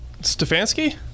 Stefanski